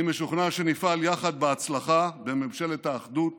אני משוכנע שנפעל יחד בהצלחה בממשלת האחדות